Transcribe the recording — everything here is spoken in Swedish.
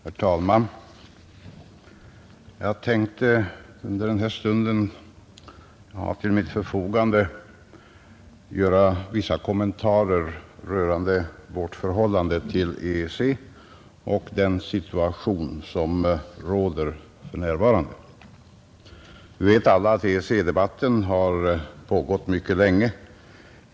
Herr talman! Jag tänkte under den stund jag har till mitt förfogande göra vissa kommentarer rörande vårt förhållande till EEC och den situation som råder för närvarande. Vi vet alla att EEC-debatten har pågått mycket länge.